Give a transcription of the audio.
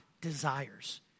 desires